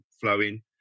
flowing